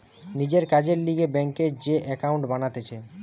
নিজের কাজের লিগে ব্যাংকে যে একাউন্ট বানাতিছে